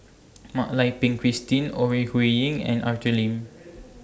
Mak Lai Peng Christine Ore Huiying and Arthur Lim